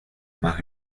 más